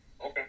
Okay